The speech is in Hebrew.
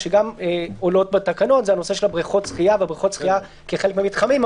שעולות בתקנות - בריכות שחייה כחלק מהמתחמים.